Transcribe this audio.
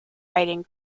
writing